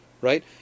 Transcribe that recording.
right